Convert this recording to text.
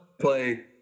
play